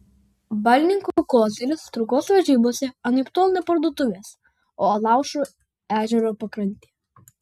balninkų koziris traukos varžybose anaiptol ne parduotuvės o alaušų ežero pakrantė